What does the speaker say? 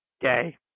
gay